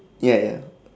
ya ya